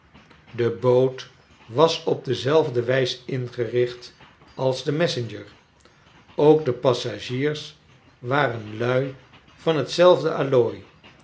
de boot was op dezelfde wiis ingericht als de messenger ook de passagiers waren lui van